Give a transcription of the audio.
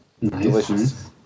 Delicious